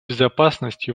безопасность